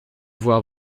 voir